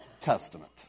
Testament